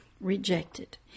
rejected